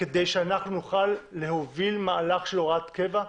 כדי שאנחנו נוכל להוביל מהלך של הוראת קבע.